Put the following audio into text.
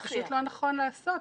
זה לא נכון לעשות.